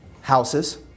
houses